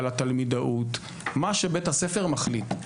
על התלמידאות מה שבית הספר מחליט.